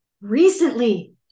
Recently